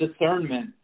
discernment